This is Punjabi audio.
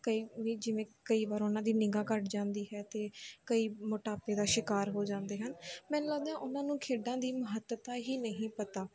ਕਈ ਵੀ ਜਿਵੇਂ ਕਈ ਵਾਰ ਉਹਨਾਂ ਦੀ ਨਿਗਾਹ ਘੱਟ ਜਾਂਦੀ ਹੈ ਅਤੇ ਕਈ ਮੋਟਾਪੇ ਦਾ ਸ਼ਿਕਾਰ ਹੋ ਜਾਂਦੇ ਹਨ ਮੈਨੂੰ ਲੱਗਦਾ ਉਹਨਾਂ ਨੂੰ ਖੇਡਾਂ ਦੀ ਮਹੱਤਤਾ ਹੀ ਨਹੀਂ ਪਤਾ